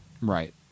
Right